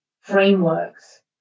frameworks